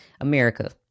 America